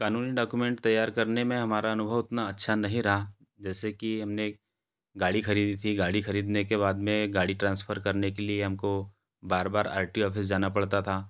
कानूनी डॉकुमेंट तैयार करने में हमारा अनुभव उतना अच्छा नहीं रहा जैसे कि हमने गाड़ी ख़रीदी थी गाड़ी खरीदने के बाद में गाड़ी ट्रांसफ़र करने के लिए हमको बार बार आर टी ओ ऑफिस जाना पड़ता था